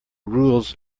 rules